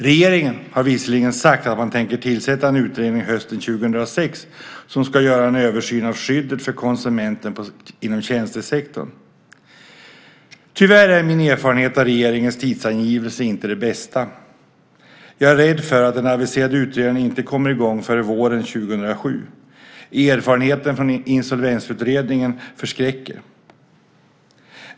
Regeringen har visserligen sagt att man tänker tillsätta en utredning hösten 2006 som ska göra en översyn av skyddet för konsumenten inom tjänstesektorn. Tyvärr är min erfarenhet av regeringens tidsangivelser inte den bästa. Jag är rädd för att den aviserade utredningen inte kommer i gång före våren 2007. Erfarenheten från insolvensutredningen förskräcker.